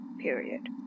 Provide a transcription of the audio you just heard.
period